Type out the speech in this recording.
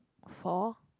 for